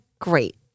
great